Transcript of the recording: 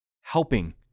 helping